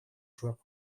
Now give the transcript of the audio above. joueurs